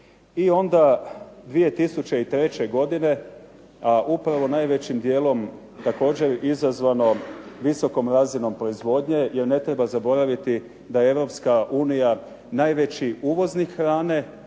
I onda 2003. godine upravo najvećim dijelom također izazvano visokom razinom proizvodnje, jer ne treba zaboraviti da je Europska unija najveći uvoznik hrane,